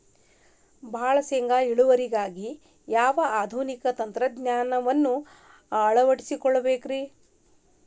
ಭಾಳ ಶೇಂಗಾ ಇಳುವರಿಗಾಗಿ ಯಾವ ಆಧುನಿಕ ತಂತ್ರಜ್ಞಾನವನ್ನ ಅಳವಡಿಸಿಕೊಳ್ಳಬೇಕರೇ?